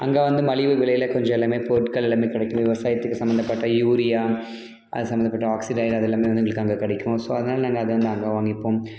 அங்கே வந்து மலிவு விலையில் கொஞ்சம் எல்லாமே பொருட்கள் எல்லாமே கிடைக்கும் விவசாயத்துக்கு சம்மந்தப்பட்ட யூரியா அது சம்மந்தப்பட்ட ஆக்சிடைட் அதெல்லாமே வந்து எங்களுக்கு அங்கே கிடைக்கும் ஸோ அதனால் நாங்கள் அதை வந்து அங்கே வாங்கிப்போம்